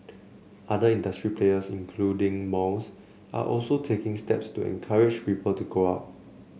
other industry players including malls are also taking steps to encourage people to go out